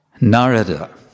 Narada